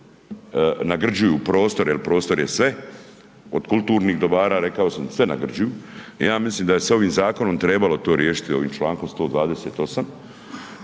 nagrđuju prostor, jel prostor je sve od kulturnih dobara, rekao sam, sve nagrđuju. Ja mislim da je s ovim zakonom trebalo to riješiti ovim čl. 128.